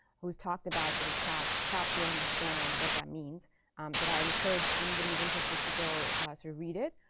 who's talked about sort of cap cap theorem and spanner and what that means that i encourage anybody who's interested to go so read it.